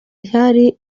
ihari